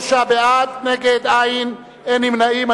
43 בעד, נגד, אין, אין נמנעים.